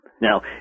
Now